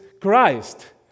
Christ